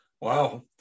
Wow